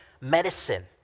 medicine